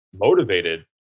motivated